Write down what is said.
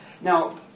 now